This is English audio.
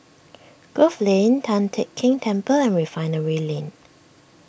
Grove Lane Tian Teck Keng Temple and Refinery Lane